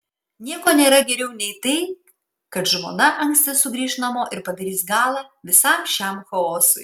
nieko nėra geriau nei tai kad žmona anksti sugrįš namo ir padarys galą visam šiam chaosui